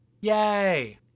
yay